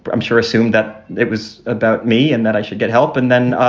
but i'm sure assumed that it was about me and that i should get help and then